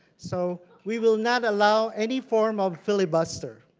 so we will not allow any form of filibuster.